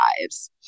lives